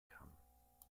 kann